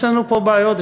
יש לנו פה בעיות,